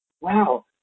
wow